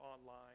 online